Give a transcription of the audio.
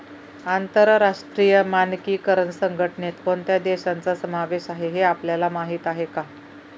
आंतरराष्ट्रीय मानकीकरण संघटनेत कोणत्या देशांचा समावेश आहे हे आपल्याला माहीत आहे का?